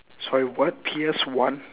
sorry what P_S one